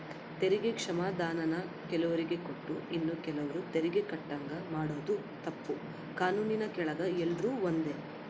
ತೆರಿಗೆ ಕ್ಷಮಾಧಾನಾನ ಕೆಲುವ್ರಿಗೆ ಕೊಟ್ಟು ಇನ್ನ ಕೆಲುವ್ರು ತೆರಿಗೆ ಕಟ್ಟಂಗ ಮಾಡಾದು ತಪ್ಪು, ಕಾನೂನಿನ್ ಕೆಳಗ ಎಲ್ರೂ ಒಂದೇ